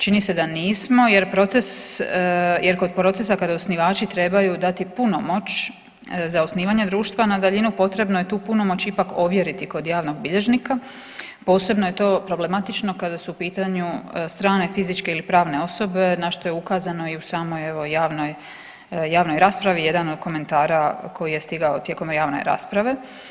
Čini se da nismo jer kod procesa kad osnivači trebaju dati punomoć za osnivanje društva na daljinu potrebno je tu punomoć ipak ovjeriti kod javnog bilježnika, posebno je to problematično kada su u pitanju strane fizičke ili pravne osobe, na što je ukazano i u samoj javnoj raspravi, jedan od komentara koji je stigao tijekom javne rasprave.